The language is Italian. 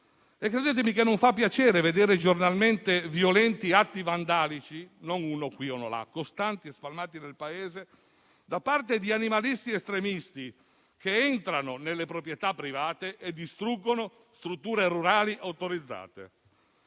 Credetemi che non fa piacere vedere giornalmente violenti atti vandalici, non uno qua e uno là, ma costanti e spalmati nel Paese, da parte di animalisti estremisti che entrano nelle proprietà private e distruggono strutture rurali autorizzate.